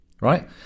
right